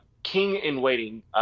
King-in-waiting